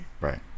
Right